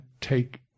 take